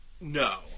No